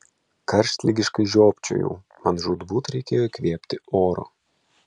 karštligiškai žiopčiojau man žūtbūt reikėjo įkvėpti oro